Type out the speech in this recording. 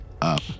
up